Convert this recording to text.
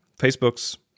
Facebook's